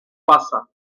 pasa